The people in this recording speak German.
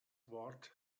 wort